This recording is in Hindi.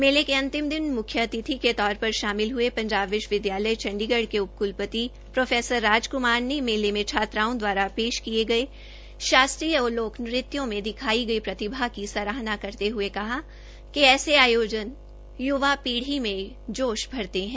मेले के अंतिम दिन म्ख्य अतिथि के तौर पर शामिल हये पंजाब विश्वविदयालय चंडीगढ़ के उप क्लपति प्रो राजक्मार ने मेले में छात्राओं दवारा पेश किए गये शास्त्रीय और लोक नृत्यों में दिखायी गई प्रतिभा युवा पीढ़ी में जोश भरते है